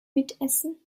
mitessen